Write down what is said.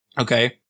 Okay